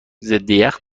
ضدیخ